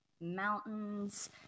mountains